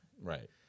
Right